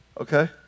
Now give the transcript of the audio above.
Okay